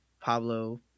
Pablo